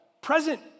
present